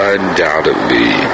undoubtedly